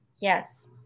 Yes